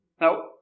Now